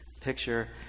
picture